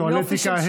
טואלטיקה,